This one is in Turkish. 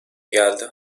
geldi